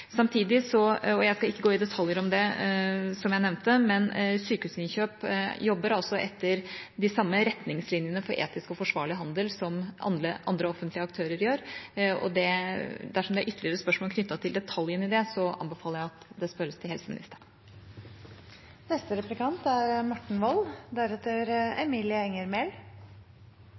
Jeg skal ikke gå i detaljer om det, som jeg nevnte, men Sykehusinnkjøp jobber altså etter de samme retningslinjene for etisk og forsvarlig handel som andre offentlige aktører gjør. Dersom det er ytterligere spørsmål knyttet til detaljene i det, anbefaler jeg at det spørres til helseministeren.